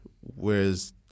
Whereas